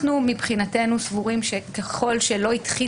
מבחינתנו אנחנו סבורים שככל שלא התחיל